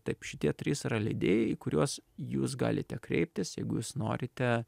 taip šitie trys yra leidėjai į kuriuos jūs galite kreiptis jeigu jūs norite